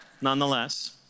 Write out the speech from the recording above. nonetheless